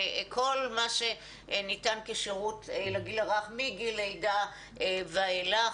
כל מה שניתן כשירות לגיל הרך מגיל לידה ואילך.